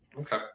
Okay